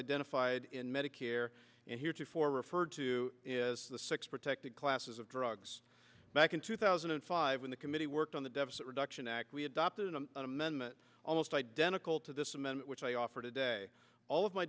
identified in medicare and heretofore referred to as the six protected classes of drugs back in two thousand and five when the committee worked on the deficit reduction act we adopted an amendment almost identical to this amend which i offer today all of my